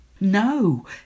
No